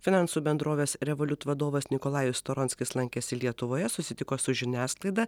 finansų bendrovės revoliut vadovas nikolajus storonskis lankėsi lietuvoje susitiko su žiniasklaida